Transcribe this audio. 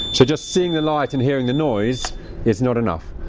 so just seeing the light and hearing the noise is not enough.